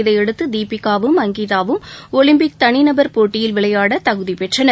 இதையடுத்ததீபிகாவும் அங்கிதாவும் ஒலிம்பிக் தனிநபர் போட்டியில் விளையாடதகுதிபெற்றனர்